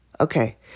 Okay